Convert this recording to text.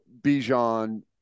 Bijan